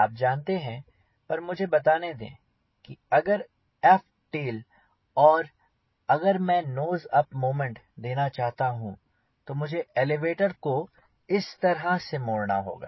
आप जानते हैं पर मुझे बताने दें कि अगर यह एफ्ट टेल और अगर मैं नोज अप मोमेंट देना चाहता हूँ तो मुझे एलीवेटर को इस तरह से मुड़ना होगा